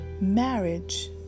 marriage